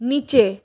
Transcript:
নিচে